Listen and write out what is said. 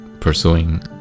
pursuing